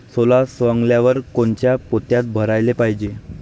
सोला सवंगल्यावर कोनच्या पोत्यात भराले पायजे?